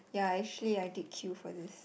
ya actually I did queue for this